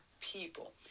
people